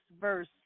verse